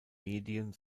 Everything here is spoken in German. medien